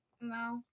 No